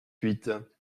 huit